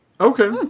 Okay